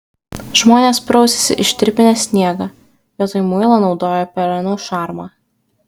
žmonės prausėsi ištirpinę sniegą vietoj muilo naudojo pelenų šarmą